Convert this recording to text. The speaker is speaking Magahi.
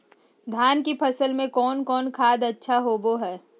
धान की फ़सल में कौन कौन खाद अच्छा होबो हाय?